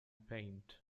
paint